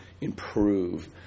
improve